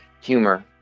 humor